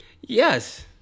Yes